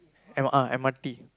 M_R M_R_T